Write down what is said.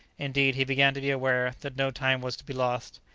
indeed, he began to be aware that no time was to be lost.